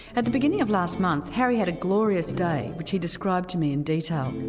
at the beginning of last month harry had a glorious day which he described to me in detail.